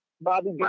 Bobby